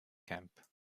camp